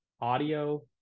audio